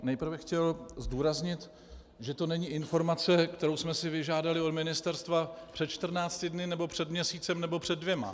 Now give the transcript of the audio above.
Nejprve bych chtěl zdůraznit, že to není informace, kterou jsme si vyžádali od ministerstva před čtrnácti dny nebo před měsícem nebo před dvěma.